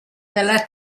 dalla